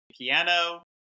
piano